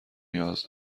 نیاز